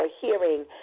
hearing